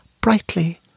brightly